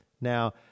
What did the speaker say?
Now